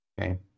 Okay